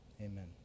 amen